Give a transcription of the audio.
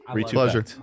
pleasure